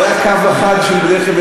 מי עשה את זה?